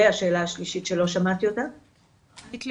תודה